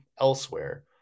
elsewhere